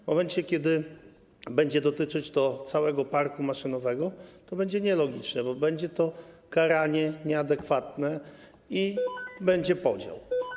W momencie, kiedy będzie to dotyczyć całego parku maszynowego, to będzie nielogiczne, bo to będzie karanie nieadekwatne i będzie podział.